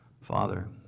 Father